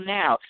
now